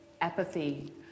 apathy